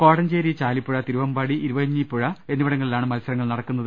കോടഞ്ചേരി ചാലിപ്പുഴ തിരുവമ്പാടി ഇരുവഴിഞ്ഞിപ്പുഴ എന്നിവിടങ്ങളിലാണ് മത്സരങ്ങൾ നടക്കുന്നത്